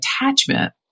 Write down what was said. attachment